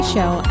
Show